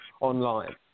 online